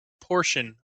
portion